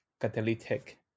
catalytic